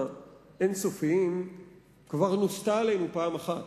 האין-סופיים כבר נוסתה עלינו פעם אחת.